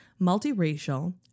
multiracial